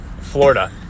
Florida